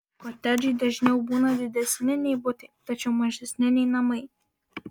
kotedžai dažniau būna didesni nei butai tačiau mažesni nei namai